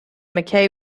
mackaye